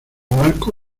marco